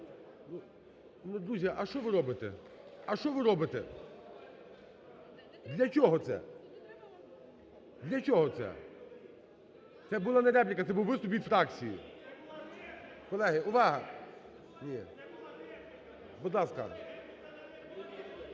робите? А що ви робите? Для чого це? Для чого це? Це була не репліка, це був виступ від фракції. Колеги, увага! (Шум у